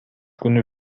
күнү